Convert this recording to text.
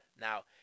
Now